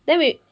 then we